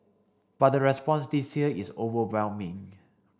but the response this year is overwhelming